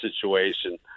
situation